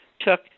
took